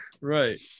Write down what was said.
Right